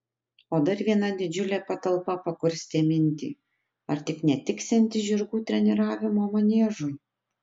o dar viena didžiulė patalpa pakurstė mintį ar tik netiksianti žirgų treniravimo maniežui